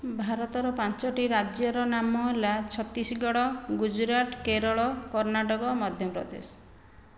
ଭାରତର ପାଞ୍ଚଟି ରାଜ୍ୟର ନାମ ହେଲା ଛତିଶଗଡ଼ ଗୁଜୁରାଟ କେରଳ କର୍ଣ୍ଣାଟକ ମଧ୍ୟପ୍ରଦେଶ